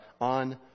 on